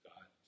God